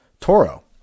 Toro